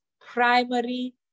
primary